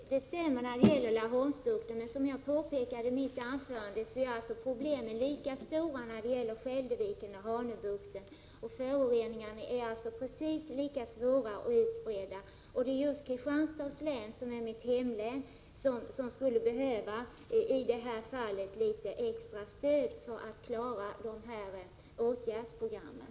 Fru talman! Det stämmer när det gäller Laholmsbukten, men som jag påpekade i mitt anförande är problemen lika stora i Skälderviken och Hanöbukten — föroreningarna är precis lika svåra och utbredda där. Just Kristianstads län, som är mitt hemlän, skulle behöva extra stöd för att klara åtgärdsprogrammen.